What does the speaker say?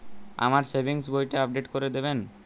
আমার সেভিংস বইটা আপডেট করে দেবেন?